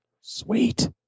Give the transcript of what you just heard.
sweet